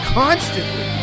constantly